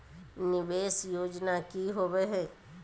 निवेस योजना की होवे है?